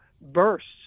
bursts